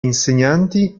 insegnanti